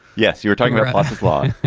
yes you're talking the but law